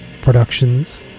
Productions